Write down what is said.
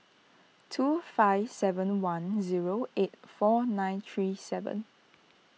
two five seven one zero eight four nine three seven